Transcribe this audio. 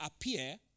appear